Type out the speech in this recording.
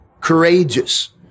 Courageous